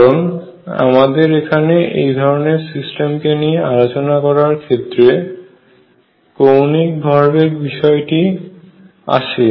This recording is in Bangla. কারণ আমাদের এখানে এই ধরনের সিস্টেম কে নিয়ে আলোচনা করার ক্ষেত্রে কৌণিক ভরবেগ বিষয়টি আসে